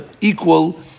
equal